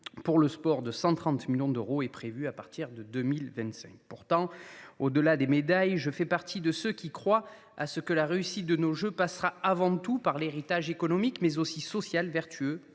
pour le sport de 130 millions d’euros est prévue à partir de 2025. Pourtant, au delà des médailles, je fais partie de ceux qui croient que la réussite de nos jeux passera avant tout par un héritage économique et social vertueux